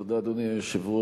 תודה, אדוני היושב-ראש.